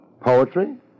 Poetry